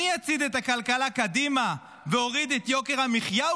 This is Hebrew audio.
אני אצעיד את הכלכלה קדימה ואוריד את יוקר המחיה,